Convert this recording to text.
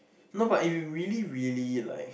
no but if you really really like